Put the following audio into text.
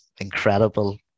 incredible